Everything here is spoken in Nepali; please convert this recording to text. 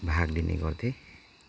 भाग लिने गर्थेँ